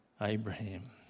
Abraham